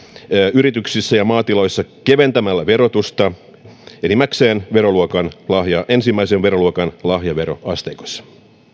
yrityksissä ja maatiloilla keventämällä verotusta ensimmäisen veroluokan ensimmäisen veroluokan lahjaveroasteikossa